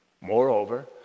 Moreover